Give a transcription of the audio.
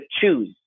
choose